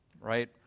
right